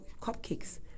cupcakes